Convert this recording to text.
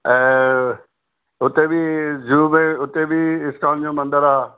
ऐं उते बि जुहू में उते बि इस्कान जो मंदर आहे